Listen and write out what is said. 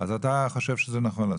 אז אתה חושב שזה נכון לעשות?